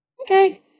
Okay